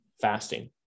fasting